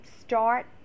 start